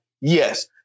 yes